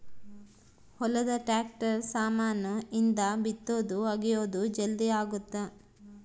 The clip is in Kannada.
ಹೊಲದ ಟ್ರಾಕ್ಟರ್ ಸಾಮಾನ್ ಇಂದ ಬಿತ್ತೊದು ಅಗಿಯೋದು ಜಲ್ದೀ ಅಗುತ್ತ